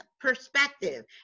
perspective